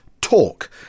talk